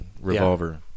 Revolver